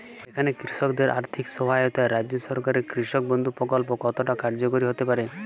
এখানে কৃষকদের আর্থিক সহায়তায় রাজ্য সরকারের কৃষক বন্ধু প্রক্ল্প কতটা কার্যকরী হতে পারে?